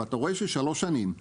אתה רואה ששלוש שנים זה לא קרה.